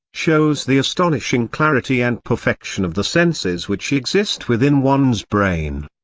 shows the astonishing clarity and perfection of the senses which exist within one's brain.